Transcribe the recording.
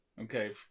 Okay